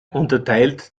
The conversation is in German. unterteilt